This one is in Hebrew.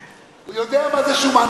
הוא יודע מה זה שומן,